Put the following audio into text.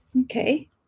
okay